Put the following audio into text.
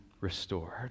restored